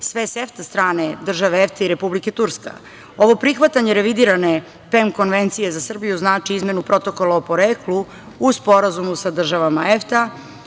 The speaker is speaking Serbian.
sve SEFTA strane, države EFTA i Republika Turska. Ovo prihvatanje revidirane PEM konvencije za Srbiju znači izmenu protokola o poreklu u sporazumu sa državama EFTA,